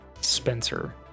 Spencer